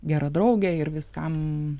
gera draugė ir viskam